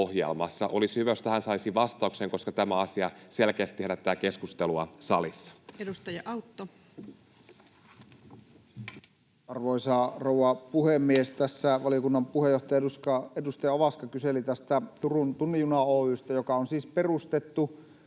Olisi hyvä, jos tähän saisi vastauksen, koska tämä asia selkeästi herättää keskustelua salissa. Edustaja Autto. Arvoisa rouva puhemies! Tässä valiokunnan puheenjohtaja, edustaja Ovaska kyseli Turun tunnin juna Oy:stä, joka on siis perustettu